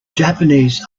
japanese